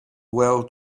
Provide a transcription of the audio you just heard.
well